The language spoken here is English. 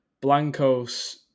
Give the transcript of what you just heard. Blanco's